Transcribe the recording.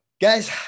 Guys